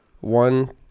one